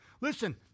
Listen